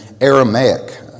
Aramaic